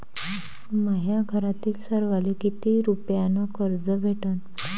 माह्या घरातील सर्वाले किती रुप्यान कर्ज भेटन?